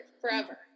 forever